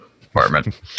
department